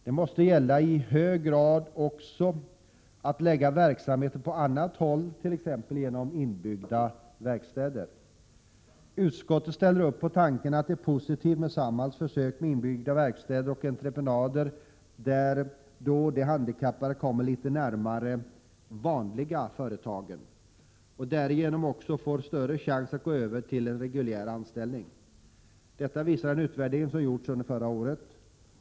Det måste vara möjligt att i hög grad förlägga verksamhet på annat håll, t.ex. i inbyggda verkstäder. Utskottet ställer upp på tanken att det är positivt med Samhalls försök med inbyggda verkstäder och entreprenader där de handikappade kommer litet närmare ”vanliga företag” och därigenom får större chans att gå över till en reguljär anställning. Detta visar en utvärdering som gjordes förra året.